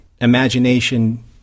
Imagination